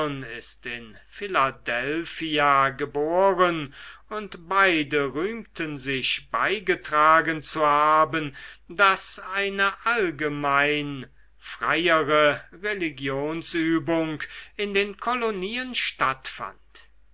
in philadelphia geboren und beide rühmten sich beigetragen zu haben daß eine allgemein freiere religionsübung in den kolonien stattfand